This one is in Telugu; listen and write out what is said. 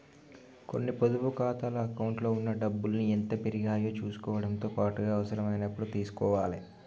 కొన్ని పొదుపు ఖాతాల అకౌంట్లలో ఉన్న డబ్బుల్ని ఎంత పెరిగాయో చుసుకోవడంతో పాటుగా అవసరమైనప్పుడు తీసుకోవాలే